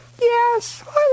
Yes